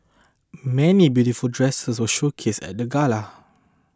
many beautiful dresses were showcased at the gala